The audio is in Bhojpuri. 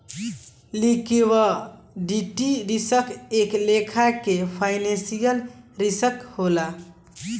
लिक्विडिटी रिस्क एक लेखा के फाइनेंशियल रिस्क होला